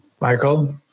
Michael